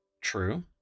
True